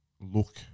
look